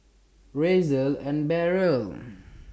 Razer and Barrel